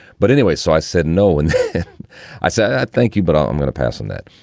but anyway, so i said no. and i said, thank you, but um i'm going to pass on that.